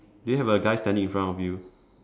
do you have a guy standing in front of you